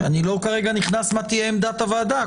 אני לא נכנס לשאלה מה תהיה עמדת הוועדה.